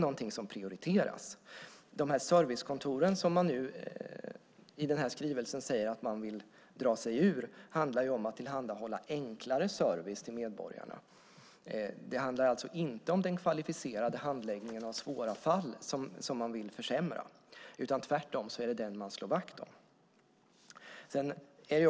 Detta prioriteras. De servicekontor som man i skrivelsen säger att man vill dra sig ur handlar om tillhandahållande av enklare service till medborgarna. Det handlar alltså inte om att försämra den kvalificerade handläggningen av svåra fall. Tvärtom är det den man slår vakt om.